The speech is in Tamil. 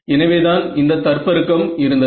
எனவேதான் இந்த தற்பெருக்கம் இருந்தது